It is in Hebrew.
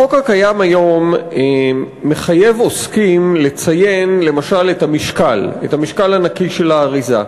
החוק הקיים היום מחייב עוסקים לציין למשל את המשקל הנקי על האריזה.